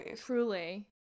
Truly